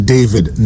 David